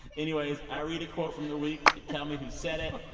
anyways, i read a quote from the week you tell me who said it.